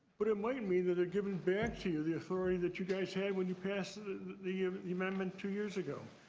but it might mean that they're giving back to you the authority that you guys had when you passed the the amendment two years ago.